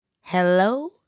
Hello